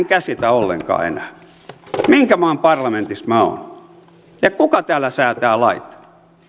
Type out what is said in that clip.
käsitä ollenkaan enää minkä maan parlamentissa minä olen ja kuka täällä säätää lait